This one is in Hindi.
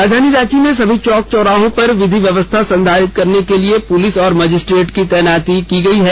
राजधानी रांची में सभी चौक चौराहों पर विधि व्यवस्था संधारित करने के लिए पुलिस और मजिस्ट्रेट की तैनाती की गई है